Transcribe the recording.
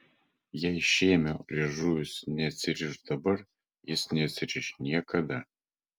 jei šėmio liežuvis neatsiriš dabar jis neatsiriš niekada